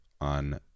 on